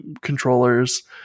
controllers